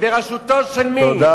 בראשותו של מי?